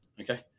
Okay